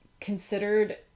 considered